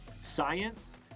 Science